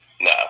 No